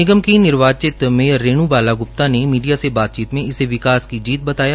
निगम की निर्वाचित मेयर रेण् बाला ग्प्ता ने मीडिया से बातचीत में इसे विकास की जीत बताया